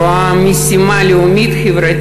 רואה בכך משימה לאומית-חברתית-כלכלית,